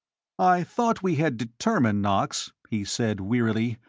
i thought we had determined, knox, he said, wearily,